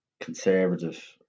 conservative